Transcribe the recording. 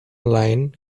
line